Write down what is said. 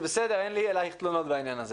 זה בסדר, אין לי אליך תלונות בעניין הזה.